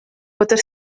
poter